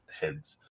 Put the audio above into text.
heads